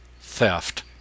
Theft